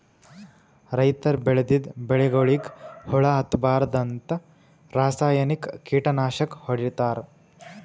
ರೈತರ್ ಬೆಳದಿದ್ದ್ ಬೆಳಿಗೊಳಿಗ್ ಹುಳಾ ಹತ್ತಬಾರ್ದ್ಂತ ರಾಸಾಯನಿಕ್ ಕೀಟನಾಶಕ್ ಹೊಡಿತಾರ್